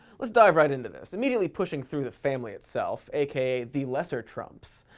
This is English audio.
let's dive right into this, immediately pushing through the family itself, aka the lesser trumps.